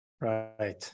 Right